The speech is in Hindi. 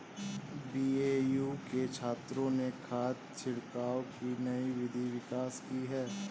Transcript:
बी.ए.यू के छात्रों ने खाद छिड़काव की नई विधि विकसित की है